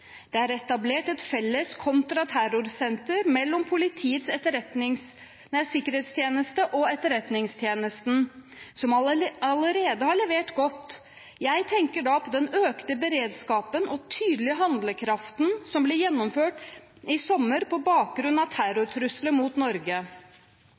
Det er etablert et felles kontraterrorsenter mellom Politiets sikkerhetstjeneste og Etterretningstjenesten, som allerede har levert godt. Jeg tenker da på den økte beredskapen og tydelige handlekraften som ble gjennomført i sommer på bakgrunn av